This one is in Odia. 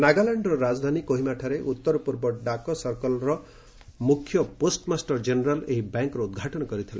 ନାଗାଲାଣ୍ଡର ରାଜଧାନୀ କୋହିମାଠାରେ ଉତ୍ତର ପୂର୍ବ ଡାକ ସର୍କଲ୍ର ମୁଖ୍ୟ ପୋଷ୍ଟ୍ମାଷ୍ଟର ଜେନେରାଲ୍ ଏହି ବ୍ୟାଙ୍କର ଉଦ୍ଘାଟନ କରିଥିଲେ